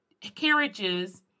carriages